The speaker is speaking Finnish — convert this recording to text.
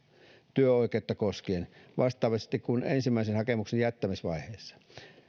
työoikeutta koskien vastaavasti kuin ensimmäisen hakemuksen jättämisvaiheessa